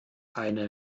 eine